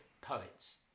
poets